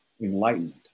enlightenment